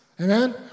Amen